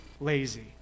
lazy